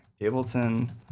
Ableton